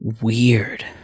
weird